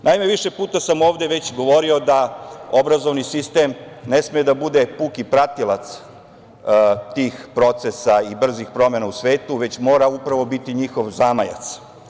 Naime, više puta sam ovde već govorio da obrazovni sistem ne sme da bude puki pratilac tih procesa i brzih promena u svetu, već mora upravo biti njihov zamajac.